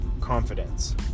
confidence